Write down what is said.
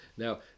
Now